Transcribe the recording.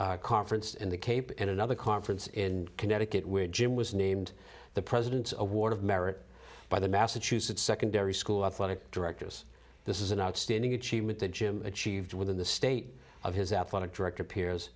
a conference in the cape in another conference in connecticut with jim was named the president's award of merit by the massachusetts secondary school athletic directors this is an outstanding achievement that jim achieved with the state of his athletic director peers